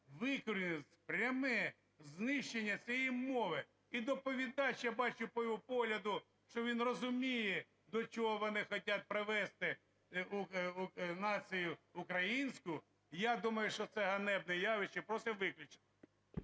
викорінення, пряме знищення цієї мови. І доповідач, я бачу по його погляду, що він розуміє, до чого вони хотять привести націю українську. Я думаю, що це ганебне явище, просимо виключити.